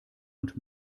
und